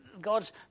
God's